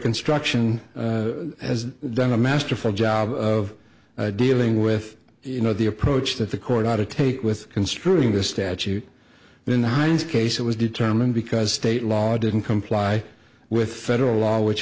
construction has done a masterful job of dealing with you know the approach that the court ought to take with construing the statute then heinze case it was determined because state law didn't comply with federal law which